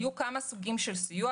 היו כמה סוגים של סיוע.